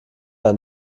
jahr